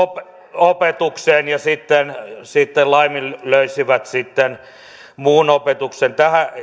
opetukseen ja sitten sitten laiminlöisivät muun opetuksen